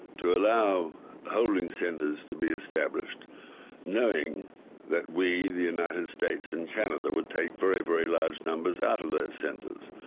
to allow holding centres to be established knowing that we, the united states and canada would take very, very large numbers out of those centres.